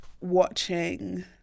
watching